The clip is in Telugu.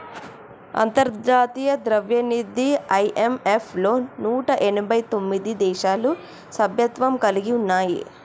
అంతర్జాతీయ ద్రవ్యనిధి ఐ.ఎం.ఎఫ్ లో నూట ఎనభై తొమ్మిది దేశాలు సభ్యత్వం కలిగి ఉన్నాయి